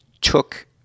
took